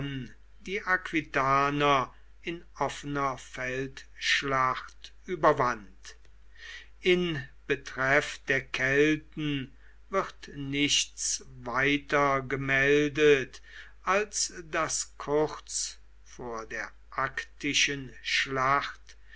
die aquitaner in offener feldschlacht überwand in betreff der kelten wird nichts weiter gemeldet als daß kurz vor der actischen schlacht